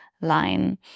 line